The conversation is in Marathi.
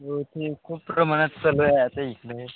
हो इथे खूप प्रमाणात चालू आहे आता इकडे